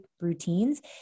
routines